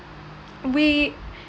we